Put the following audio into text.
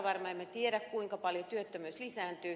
emme tiedä kuinka paljon työttömyys lisääntyy